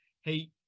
Hey